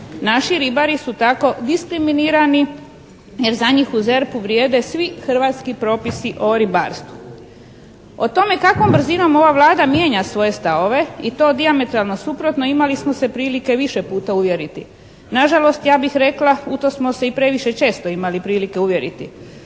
Naši ribari su tako diskriminirani jer za njih u ZERP-u vrijede svi hrvatski propisi o ribarstvu. O tome kakvom brzinom ova Vlada mijenja svoje stavove i to dijametralno suprotno imali smo se prilike više puta uvjeriti. Nažalost ja bih rekla u to smo se i previše često imali prilike uvjeriti.